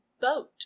BOAT